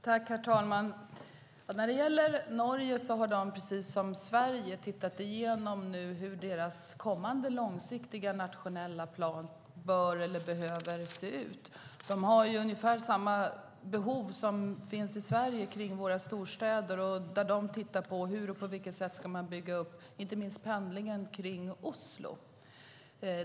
Herr talman! När det gäller Norge har de, precis som Sverige, sett över sin kommande långsiktiga nationella plan, hur den bör eller behöver se ut. De har ungefär samma behov som vi runt storstäderna. Inte minst tittar de på pendlingen runt Oslo och hur den ska byggas ut.